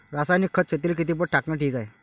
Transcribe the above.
रासायनिक खत शेतीले किती पट टाकनं ठीक हाये?